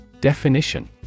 Definition